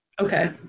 Okay